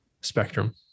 Spectrum